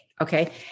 Okay